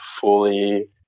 fully